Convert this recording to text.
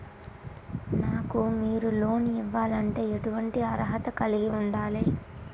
నాకు మీరు లోన్ ఇవ్వాలంటే ఎటువంటి అర్హత కలిగి వుండాలే?